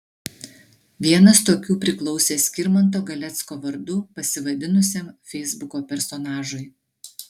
vienas tokių priklausė skirmanto galecko vardu pasivadinusiam feisbuko personažui